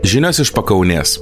žinios iš pakaunės